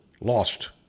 lost